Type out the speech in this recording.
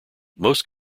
most